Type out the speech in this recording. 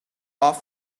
off